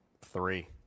Three